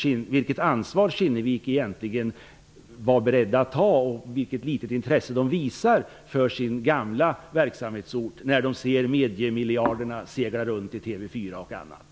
De funderar över vilket ansvar Kinnevik egentligen är beredda att ta och vilket litet intresse man visar för sin gamla verksamhetsort.